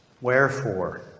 Wherefore